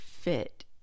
fit